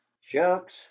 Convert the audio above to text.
shucks